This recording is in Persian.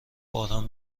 باران